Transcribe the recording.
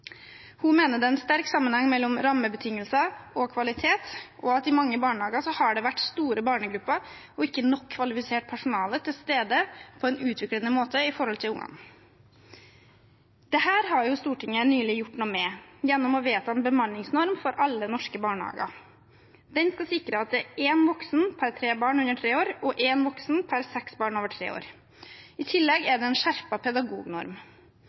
Hun mener det er en sterk sammenheng mellom rammebetingelser og kvalitet, og at det i mange barnehager har vært store barnegrupper og ikke nok kvalifisert personale til stede på en utviklende måte for ungene. Dette har Stortinget nylig gjort noe med gjennom å vedta en bemanningsnorm for alle norske barnehager. Den skal sikre at det er én voksen per tre barn under tre år og én voksen per seks barn over tre år. I tillegg er det en skjerpet pedagognorm.